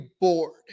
bored